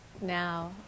now